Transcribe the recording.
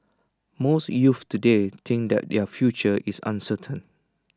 most youths today think that their future is uncertain